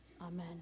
Amen